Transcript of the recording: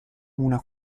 una